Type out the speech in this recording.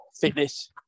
fitness